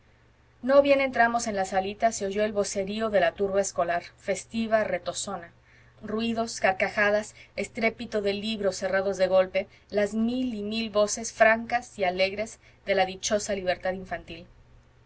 no bien entramos en la salita se oyó el vocerío de la turba escolar festiva retozona ruidos carcajadas estrépito de libros cerrados de golpe las mil y mil voces francas y alegres de la dichosa libertad infantil